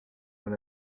dans